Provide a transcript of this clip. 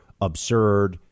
absurd